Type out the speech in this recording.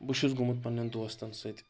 بہٕ چھُس گوٚمُت پنٕنٮ۪ن دوستن سۭتۍ